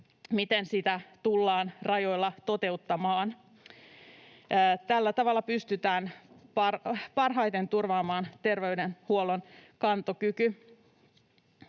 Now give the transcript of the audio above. miten sitä tullaan rajoilla toteuttamaan. Tällä tavalla pystytään parhaiten turvaamaan terveydenhuollon kantokyky.